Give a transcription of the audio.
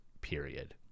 period